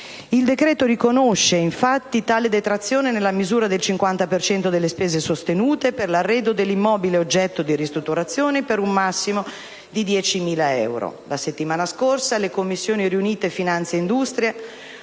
Il decreto riconosce, infatti, tale detrazione nella misura del 50 per cento delle spese sostenute per l'arredo dell'immobile oggetto di ristrutturazione per un massimo di 10.000 euro.